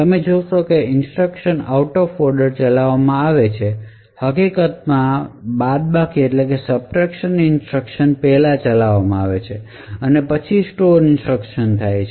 તેથી તમે જોશો કે ઇન્સટ્રકશન આઉટ ઓફ ઑર્ડર ચલાવવામાં આવે છે હકીકતમાં બાદબાકીની ઇન્સટ્રકશન પહેલા ચલાવવામાં આવે છે પછી સ્ટોર ઇન્સટ્રકશન છે